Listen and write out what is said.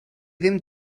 ddim